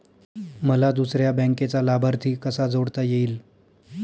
मला दुसऱ्या बँकेचा लाभार्थी कसा जोडता येईल?